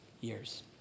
years